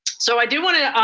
so i do want to,